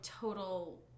total